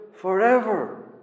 Forever